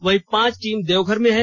वहीं पांच टीम देवघर में हैं